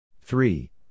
three